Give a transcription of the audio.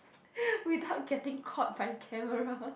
without getting caught by camera